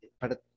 para